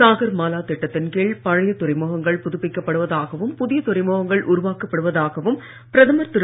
சாஹர்மாலா திட்டத்தின் கீழ் பழைய துறைமுகங்கள் புதுப்பிக்கப்படுவதாகவும் புதிய துறைமுகங்கள் உருவாக்கப்படுவதாகவும் பிரதமர் திரு